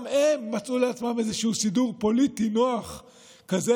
גם הם מצאו לעצמם איזשהו סידור פוליטי נוח כזה,